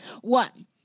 one